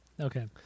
Okay